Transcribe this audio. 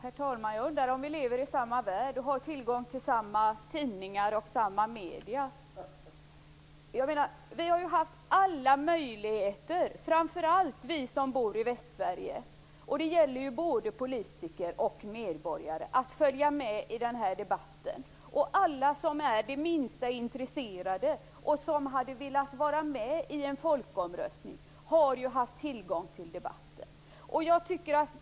Herr talman! Jag undrar om vi lever i samma värld, har tillgång till samma tidningar och medier? Vi har haft alla möjligheter - framför allt vi som bor i Västsverige, politiker och medborgare - att följa med i debatten. Alla som är det minsta intresserade och som hade velat delta i en folkomröstning har haft möjlighet att delta i debatten.